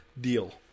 Deal